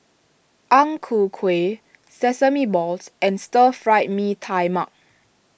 Ang Ku Kueh Sesame Balls and Stir Fry Mee Tai Mak